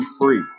free